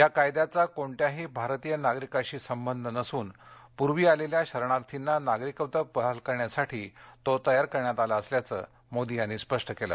या कायद्याचा कोणत्याही भारतीय नागरिकाशी संबंध नसून पूर्वी आलेल्या शरणार्थींना नागरिकत्व बहाल करण्यासाठी तो तयार करण्यात आला असल्याचे मोदी यांनी स्पष्ट केले